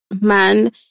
man